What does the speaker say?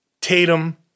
Tatum